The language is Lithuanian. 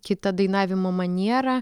kita dainavimo maniera